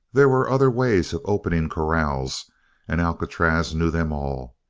there were other ways of opening corrals and alcatraz knew them all.